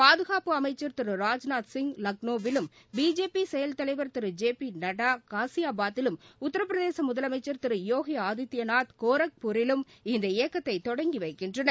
பாதுகாப்பு அமைச்சர் திரு ராஜ்நாத் சிங் லக்னோவிலும் பிஜேபி செயல் தலைவர் திரு ஜே பி நட்டா காசியாபாதிலும் உத்தரப்பிரதேச முதலமைச்சர் திரு போகி ஆதித்யநாத் கோர்பூரிலும் இந்த இயக்கத்தை தொடங்கிவைக்கின்றனர்